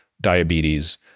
diabetes